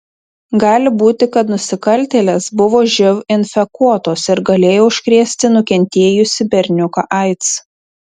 gali būti kad nusikaltėlės buvo živ infekuotos ir galėjo užkrėsti nukentėjusį berniuką aids